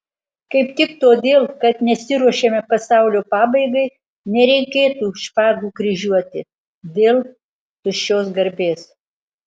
kaip tik todėl kad nesiruošiame pasaulio pabaigai nereikėtų špagų kryžiuoti dėl tuščios garbės